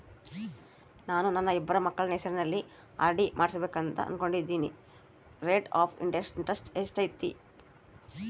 ನಾನು ನನ್ನ ಇಬ್ಬರು ಮಕ್ಕಳ ಹೆಸರಲ್ಲಿ ಆರ್.ಡಿ ಮಾಡಿಸಬೇಕು ಅನುಕೊಂಡಿನಿ ರೇಟ್ ಆಫ್ ಇಂಟರೆಸ್ಟ್ ಎಷ್ಟೈತಿ?